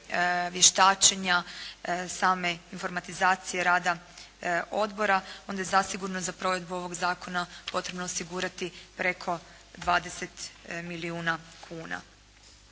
vještačenja, same informatizacije rada odbora onda je zasigurno za provedbu ovog zakona potrebno osigurati preko 20 milijuna kuna.